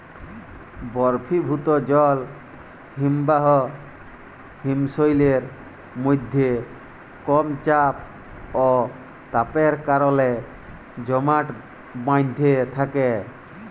বরফিভুত জল হিমবাহ হিমশৈলের মইধ্যে কম চাপ অ তাপের কারলে জমাট বাঁইধ্যে থ্যাকে